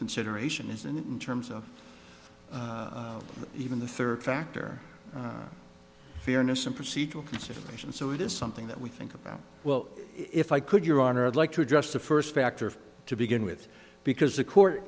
consideration is in terms of even the third factor fairness and procedural considerations so it is something that we think about well if i could your honor i'd like to address the first factor to begin with because the court